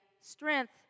strength